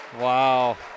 Wow